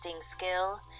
skill